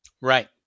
Right